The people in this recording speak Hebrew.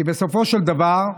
כי בסופו של דבר,